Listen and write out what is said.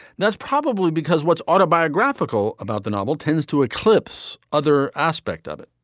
that's probably because what's autobiographical about the novel tends to eclipse other aspect of it.